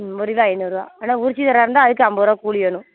ம் ஒரு கிலோ ஐந்நூறுபா ஆனா உரிச்சி தர்றதாக இருந்தால் அதுக்கு ஐம்பதுருவா கூலி வேணும்